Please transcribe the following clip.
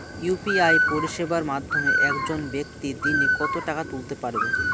UPI পরিষেবার মাধ্যমে একজন ব্যাক্তি দিনে কত টাকা তুলতে পারবে?